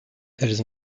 elles